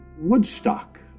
Woodstock